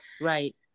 Right